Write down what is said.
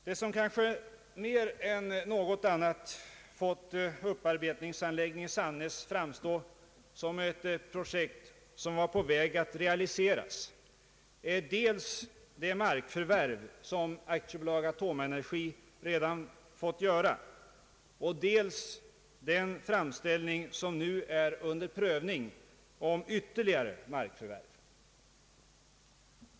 Det som kanske mer än något annat fått upparbetningsanläggningen i Sannäs att framstå som ett projekt på väg att realiseras är dels det markförvärv som AB Atomenergi redan fått göra, dels den framställning om ytterligare markförvärv som nu är under prövning.